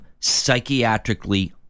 psychiatrically